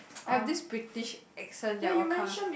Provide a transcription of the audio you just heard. I have this British accent that will come